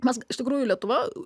mes iš tikrųjų lietuva